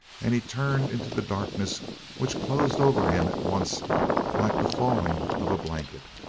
and he turned into the darkness which closed over him at once like the falling of a blanket.